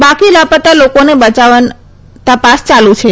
બાકી લાપતા લોકોને બચાવવા તપાસ ચાલુ છે